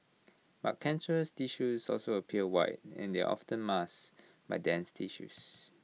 but cancerous tissues also appear white and there often masked by dense tissues